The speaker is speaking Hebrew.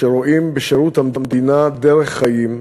שרואים בשירות המדינה דרך חיים,